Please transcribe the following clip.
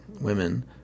women